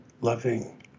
loving